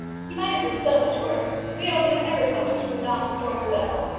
he might have been so much worse. we owe him ever so much for not destroying the will.